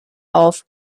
auf